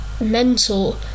mental